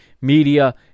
media